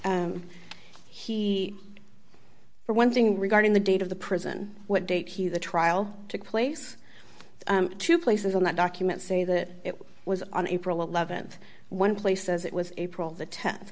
he for one thing regarding the date of the prison what date he the trial took place two places on that document say that it was on april th one place as it was april the